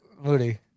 Moody